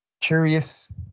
curious